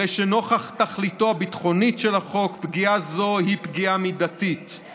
הרי שנוכח תכליתו הביטחונית של החוק פגיעה זו היא פגיעה מידתית,